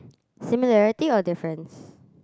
similarity or difference